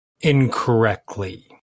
incorrectly